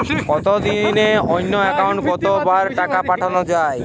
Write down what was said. একদিনে অন্য একাউন্টে কত বার টাকা পাঠানো য়ায়?